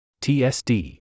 TSD